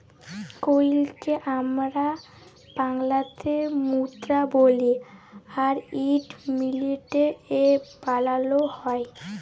কইলকে আমরা বাংলাতে মুদরা বলি আর ইট মিলটে এ বালালো হয়